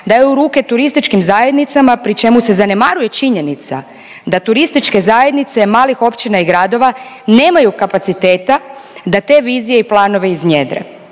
daju u ruke turističkim zajednicama, pri čemu se zanemaruje činjenica da turističke zajednice malih općina i gradova nemaju kapaciteta da te vizije i planove iznjedre.